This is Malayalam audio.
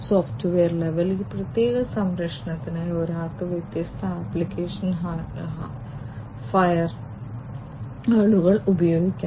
സോഫ്റ്റ്വെയർ ലെവൽ ഈ പ്രത്യേക സംരക്ഷണത്തിനായി ഒരാൾക്ക് വ്യത്യസ്ത ആപ്ലിക്കേഷൻ ഫയർവാളുകൾ ഉപയോഗിക്കാം